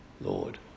Lord